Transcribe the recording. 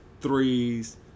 threes